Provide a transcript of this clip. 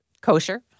Kosher